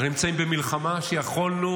אנחנו נמצאים במלחמה שיכולנו